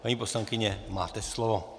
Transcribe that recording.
Paní poslankyně, máte slovo.